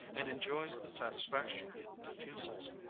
and enjoys the satisfaction it diffuses.